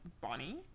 Bonnie